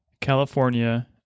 California